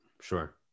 sure